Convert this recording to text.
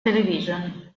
television